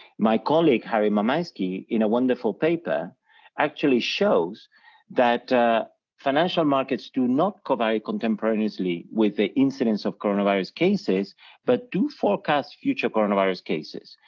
my colleague, harry mamaysky, in a wonderful paper actually shows that financial markets do not covary contemporaneously with the incidence of corona virus cases but do forecast future corona virus cases.